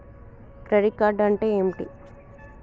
Credit card అంటే ఏమిటి?